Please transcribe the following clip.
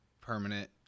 permanent